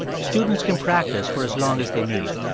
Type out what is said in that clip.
students can practice for as long as they need.